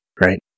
right